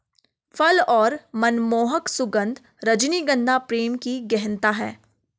फल और मनमोहक सुगन्ध, रजनीगंधा प्रेम की गहनता है